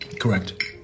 Correct